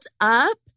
up